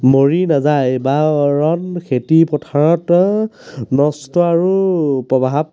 মৰি নাযায় বা খেতিপথাৰত নষ্ট আৰু প্ৰভাৱ